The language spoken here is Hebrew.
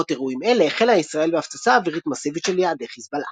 בעקבות אירועים אלה החלה ישראל בהפצצה אווירית מסיבית של יעדי חזבאללה.